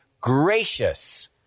gracious